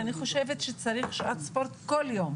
אני חושבת שצריך שעת ספורט כל יום.